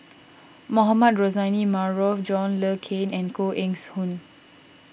Mohamed Rozani Maarof John Le Cain and Koh Eng's Hoon